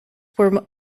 were